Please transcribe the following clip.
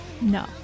No